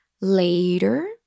later